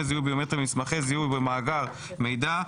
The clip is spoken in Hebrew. זיהוי ביומטריים במסמכי זיהוי ובמאגר מידע,